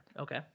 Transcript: Okay